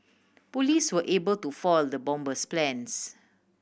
police were able to foil the bomber's plans